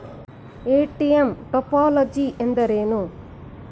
ATM topology ಎಂದರೇನು?